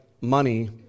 money